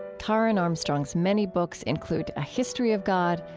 karen armstrong's many books include a history of god,